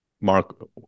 Mark